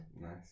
Nice